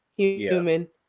Human